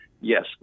yes